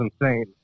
insane